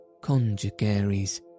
conjugaries